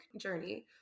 journey